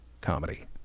comedy